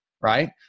Right